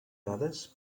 dades